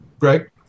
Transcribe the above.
Greg